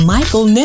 Michael